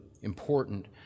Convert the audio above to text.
important